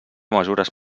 mesures